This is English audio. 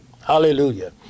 hallelujah